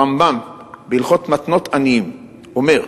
הרמב"ם, בהלכות מתנות עניים, אומר: